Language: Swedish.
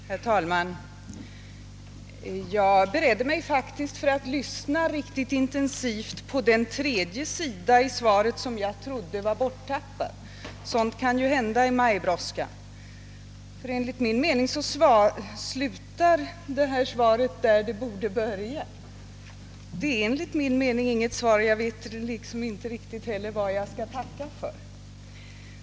Herr talman! Jag beredde mig faktiskt på att lyssna riktigt intensivt på den tredje sidan i svaret, som jag trodde var borttappad i mitt exemplar. Sådant kan ju hända i majbrådskan. Enligt min mening är det föreliggande svaret inte något svar. Det slu tar där det borde ha börjat. Därför vet jag inte heller riktigt vad jag skall tacka för.